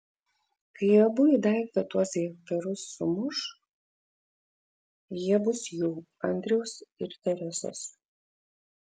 kai abu į daiktą tuos hektarus sumuš jie bus jų andriaus ir teresės